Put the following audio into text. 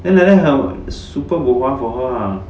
then like that her super bo hua for her lah